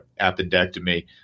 appendectomy